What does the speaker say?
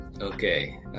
okay